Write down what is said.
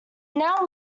now